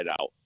out